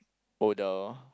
older